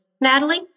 Natalie